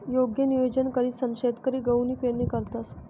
योग्य नियोजन करीसन शेतकरी गहूनी पेरणी करतंस